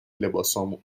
لباسمون